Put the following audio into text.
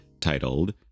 titled